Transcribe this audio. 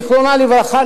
זכרה לברכה,